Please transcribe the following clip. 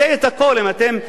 אם אתם תתמכו,